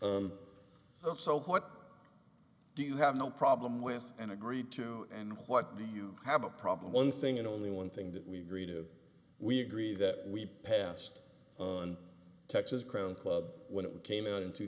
ok so what do you have no problem with an agreed to and what do you have a problem one thing and only one thing that we agree to we agree that we passed on texas crown club when it came out in two